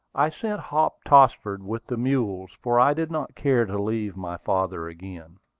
i sent hop tossford with the mules, for i did not care to leave my father again.